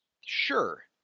sure